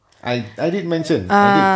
I I did mention I did